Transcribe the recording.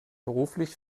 beruflich